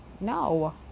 no